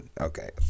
Okay